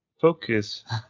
focus